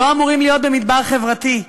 הם לא אמורים להיות במדבר חברתי,